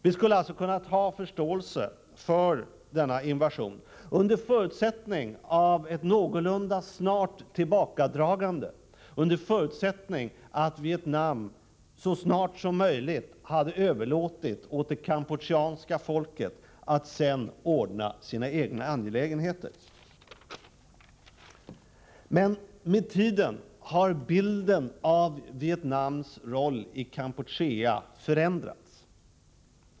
Vi skulle alltså kunnat ha förståelse för denna invasion — under förutsättning av ett någorlunda snabbt tillbakadragande av trupperna, under förutsättning av att Vietnam så snart som möjligt hade överlåtit åt det kampucheanska folket att ordna sina egna angelägenheter. Men med tiden har bilden av Vietnams roll i Kampuchea förändrats.